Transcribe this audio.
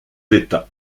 d’état